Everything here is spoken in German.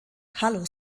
hallo